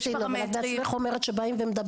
יש פרמטרים --- אבל את בעצמך אומרת שבאים לפה ומדברים.